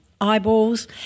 eyeballs